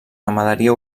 ramaderia